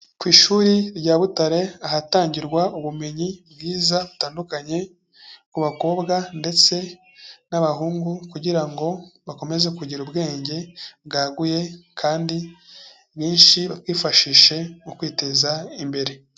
Ku ishuri rya Butare, ahatangirwa ubumenyi bwiza butandukanye ku bakobwa ndetse n'abahungu, kugira ngo bakomeze kugira ubwenge bwaguye kandi bwinshi babwifashishe mu kwiteza imbere.